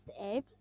apps